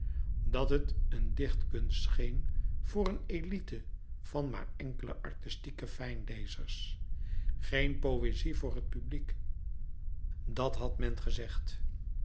dat het een dichtlouis couperus metamorfoze kunst scheen voor een elite van maar enkele artistieke fijnlezers geen poëzie voor het publiek dat had men gezegd